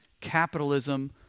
capitalism